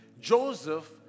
Joseph